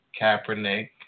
Kaepernick